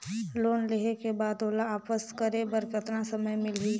Loan लेहे के बाद ओला वापस करे बर कतना समय मिलही?